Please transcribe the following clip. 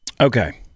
Okay